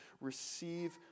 receive